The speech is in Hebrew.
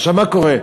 עכשיו, מה קורה?